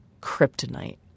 kryptonite